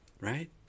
Right